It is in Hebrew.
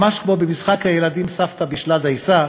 ממש כמו במשחק הילדים "סבתא בישלה דייסה":